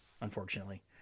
unfortunately